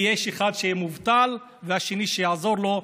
כי יש אחד שמובטל והשני שיעזור לו,